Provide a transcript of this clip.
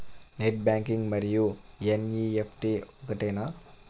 Net banking మరియు NEFT ఒకటేనా?